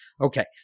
Okay